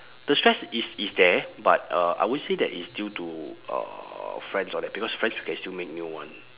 the stress is is there but uh I won't say that it's due to uh friends all that because friends you can still make new one